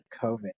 COVID